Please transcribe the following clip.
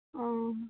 ᱚᱻ